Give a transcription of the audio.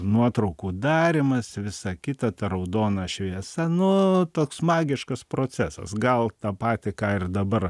nuotraukų darymas visa kita ta raudona šviesa nu toks magiškas procesas gal tą patį ką ir dabar